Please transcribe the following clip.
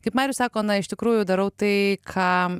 kaip marius sako na iš tikrųjų darau tai ką